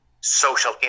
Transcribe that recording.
social